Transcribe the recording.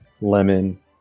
lemon